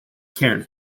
cairns